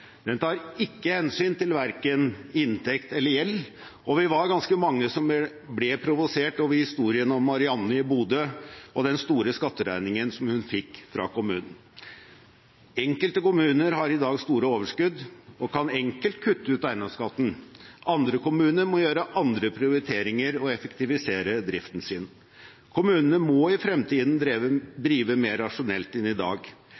Den tar ikke hensyn til verken inntekt eller gjeld. Vi var ganske mange som ble provosert av historien om Marianne i Bodø og den store skatteregningen hun fikk fra kommunen. Enkelte kommuner har i dag store overskudd og kan enkelt kutte ut eiendomsskatten. Andre kommuner må gjøre andre prioriteringer og effektivisere driften sin. Kommunene må i fremtiden drive mer rasjonelt enn i dag.